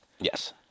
Yes